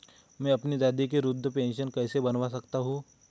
मैं अपनी दादी की वृद्ध पेंशन कैसे बनवा सकता हूँ?